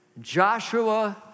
Joshua